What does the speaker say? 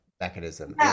mechanism